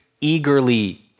eagerly